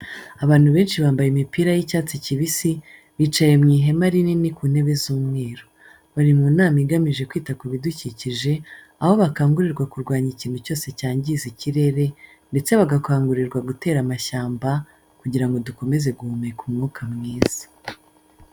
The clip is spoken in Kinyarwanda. Abantu benshi bambaye imipira y'icyatsi kibisi, bicaye mu ihema rinini ku ntebe z'umweru. Bari mu nama igamije kwita ku bidukikije, aho bakangurirwa kurwanya ikintu cyose cyangiza ikirere ndetse bagakangurirwa gutera amashyamba kugira ngo dukomeze guhumeka umwuka mwiza.